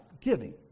giving